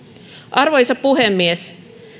arvoisa puhemies